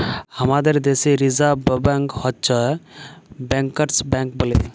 হামাদের দ্যাশে reserve bank হচ্ছ ব্যাংকার্স ব্যাঙ্ক বলে